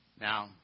Now